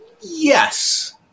Yes